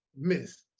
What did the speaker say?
Miss